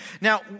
now